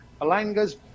Alanga's